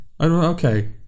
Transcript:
okay